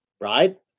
right